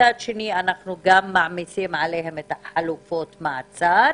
מצד שני, אנחנו גם מעמיסים עליהן את חלופות המעצר,